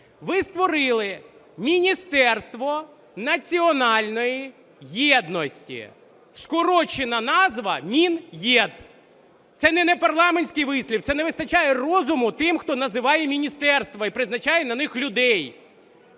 ви створили Міністерство національної єдності, скорочена назва Мін'єд. Це не непарламентський вислів – це не вистачає розуму тим, хто називає міністерства і призначає на них людей.